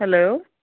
hello